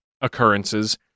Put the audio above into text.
occurrences